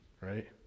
right